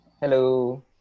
Hello